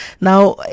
Now